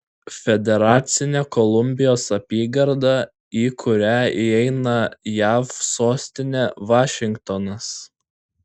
federacinė kolumbijos apygarda į kurią įeina jav sostinė vašingtonas